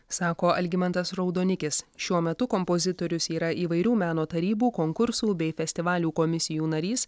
sako algimantas raudonikis šiuo metu kompozitorius yra įvairių meno tarybų konkursų bei festivalių komisijų narys